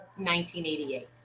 1988